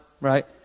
right